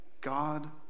God